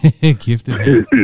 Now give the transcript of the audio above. Gifted